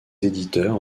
éditeurs